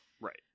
Right